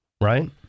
right